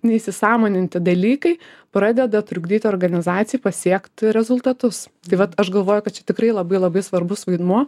neįsisąmoninti dalykai pradeda trukdyt organizacijai pasiekt rezultatus tai vat aš galvoju kad čia tikrai labai labai svarbus vaidmuo